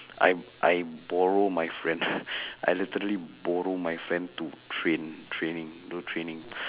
I I borrow my friend I literally borrow my friend to train training do training